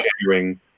sharing